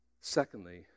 Secondly